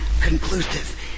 conclusive